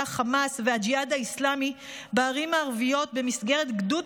החמאס והג'יהאד האסלאמי בערים הערביות במסגרת גדוד